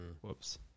Whoops